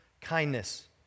kindness